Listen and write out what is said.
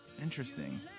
Interesting